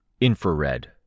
Infrared